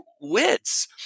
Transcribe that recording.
wits